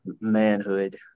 manhood